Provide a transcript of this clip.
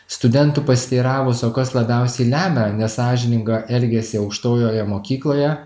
studentų pasiteiravus o kas labiausiai lemia nesąžiningą elgesį aukštojoje mokykloje